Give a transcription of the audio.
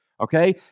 okay